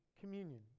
communion